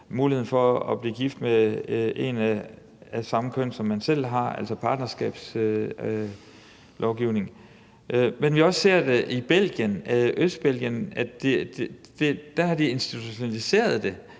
muligheden for at blive gift med en af samme køn, som man selv har, altså partnerskabslovgivningen. Vi ser det også i Østbelgien. Der har de institutionaliseret det,